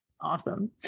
Awesome